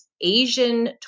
Asian